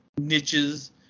niches